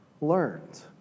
learned